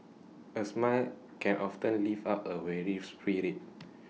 A smile can often lift up A weary spirit